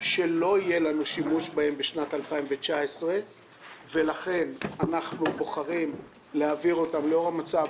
שלא יהיה לנו שימוש בהם בשנת 2019 ולכן לאור המצב,